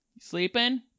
sleeping